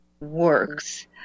works